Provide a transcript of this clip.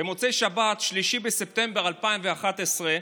במוצאי שבת, 3 בספטמבר 2011,